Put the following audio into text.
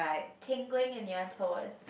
tingling in your toes